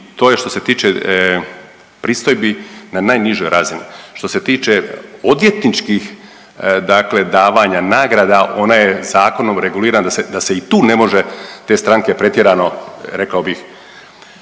i to je što se tiče pristojbi na najnižoj razini. Što se tiče odvjetničkih dakle davanja nagrada ona je zakonom regulirana da se i tu ne može te stranke pretjerano rekao bih